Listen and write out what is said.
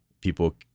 People